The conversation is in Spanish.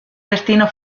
destino